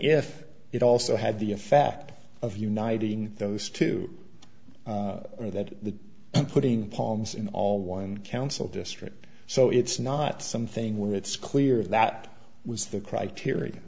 if it also had the effect of uniting those two or that the putting palms in all one council district so it's not something where it's clear that was the criteri